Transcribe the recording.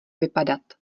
vypadat